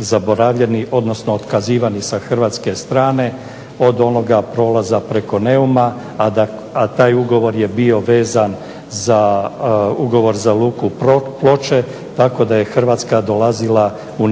zaboravljeni, odnosno otkazivani sa hrvatske strane od onoga prolaza preko Neuma, a taj ugovor je bio vezan za ugovor za luku Ploče, tako da je Hrvatska dolazila u